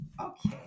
okay